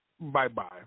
bye-bye